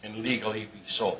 and legally so